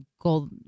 gold